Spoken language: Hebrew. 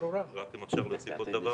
רק אם אפשר להוסיף עוד דבר